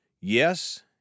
yes